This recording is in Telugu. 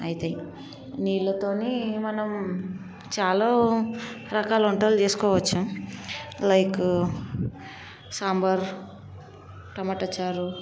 అవుతాయి నీళ్ళతోన మనం చాలా రకాల వంటలు చేసుకోవచ్చు లైక్ సాంబార్ టొమాటో చారు